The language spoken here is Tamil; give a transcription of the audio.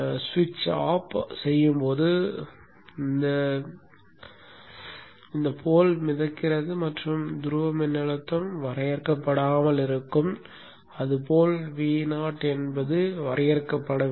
ஸ்விட்ச்ஐ ஆஃப் செய்யும்போது துருவம் மிதக்கிறது மற்றும் துருவ மின்னழுத்தம் வரையறுக்கப்படாமல் இருக்கும் அதுபோல் Vo என்பது வரையறுக்கப்படவில்லை